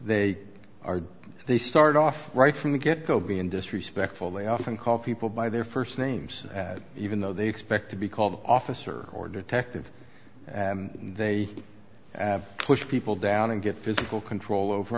they are they start off right from the get go being disrespectful they often call people by their first names even though they expect to be called an officer or detective and they push people down and get physical control over